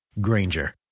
granger